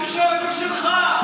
התקשורת שלך.